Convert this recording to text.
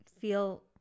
feel